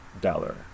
dollar